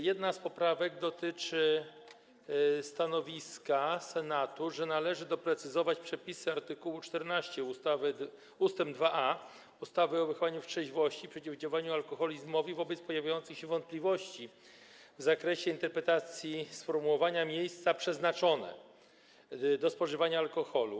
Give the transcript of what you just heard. Jedna z poprawek dotyczy stanowiska Senatu w kwestii tego, że należy doprecyzować przepisy art. 14 ust. 2a ustawy o wychowaniu w trzeźwości i przeciwdziałaniu alkoholizmowi wobec pojawiających się wątpliwości w zakresie interpretacji sformułowania „miejsca przeznaczone do spożywania alkoholu”